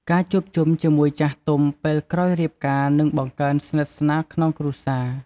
ការជួបជុំជាមួយចាស់ទុំពេលក្រោយរៀបការនឹងបង្កើនស្និទ្ធស្នាលក្នុងគ្រួសារ។